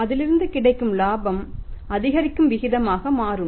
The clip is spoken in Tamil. அதிலிருந்து கிடைக்கும் லாபம் அதிகரிக்கும் விகிதமாக மாறும்